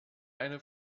eine